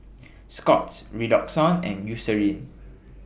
Scott's Redoxon and Eucerin